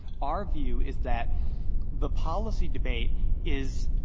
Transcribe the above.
our view is that the policy debate is